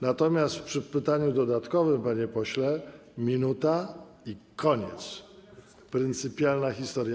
Natomiast przy pytaniu dodatkowym, panie pośle, 1 minuta i koniec - pryncypialna historia.